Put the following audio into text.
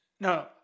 No